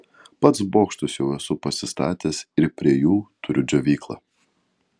pats bokštus jau esu pasistatęs ir prie jų turiu džiovyklą